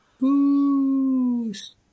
Boost